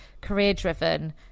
career-driven